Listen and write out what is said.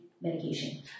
medication